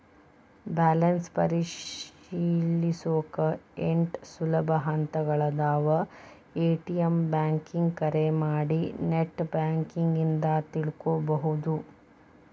balance ಪರಿಶೇಲಿಸೊಕಾ ಎಂಟ್ ಸುಲಭ ಹಂತಗಳಾದವ ಎ.ಟಿ.ಎಂ ಬ್ಯಾಂಕಿಂಗ್ ಕರೆ ಮಾಡಿ ನೆಟ್ ಬ್ಯಾಂಕಿಂಗ್ ಇಂದ ತಿಳ್ಕೋಬೋದು